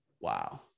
wow